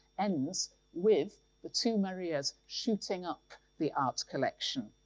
ends with the two marias shooting up the art collection.